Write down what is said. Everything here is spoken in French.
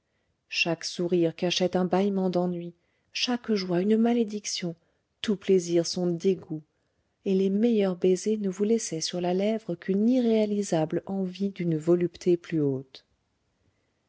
chaque sourire cachait un bâillement d'ennui chaque joie une malédiction tout plaisir son dégoût et les meilleurs baisers ne vous laissaient sur la lèvre qu'une irréalisable envie d'une volupté plus haute